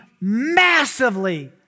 massively